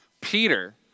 Peter